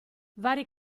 vari